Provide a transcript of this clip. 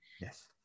yes